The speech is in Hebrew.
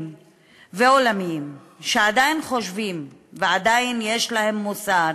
ועולמיים שעדיין חושבים ועדיין יש להם מוסר